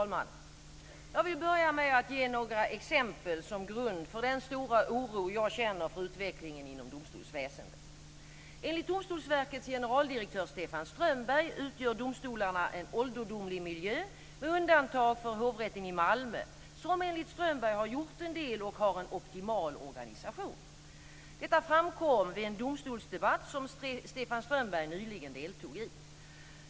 Fru talman! Jag vill börja med att ge några exempel som grund för den stora oro jag känner för utvecklingen inom domstolsväsendet. Strömberg, utgör domstolarna en ålderdomlig miljö, med undantag för Hovrätten i Malmö, som enligt Strömberg har gjort en del och har en optimal organisation. Detta framkom vid en domstolsdebatt som Stefan Strömberg nyligen deltog i.